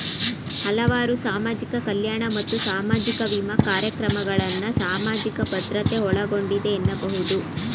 ಹಲವಾರು ಸಾಮಾಜಿಕ ಕಲ್ಯಾಣ ಮತ್ತು ಸಾಮಾಜಿಕ ವಿಮಾ ಕಾರ್ಯಕ್ರಮಗಳನ್ನ ಸಾಮಾಜಿಕ ಭದ್ರತೆ ಒಳಗೊಂಡಿದೆ ಎನ್ನಬಹುದು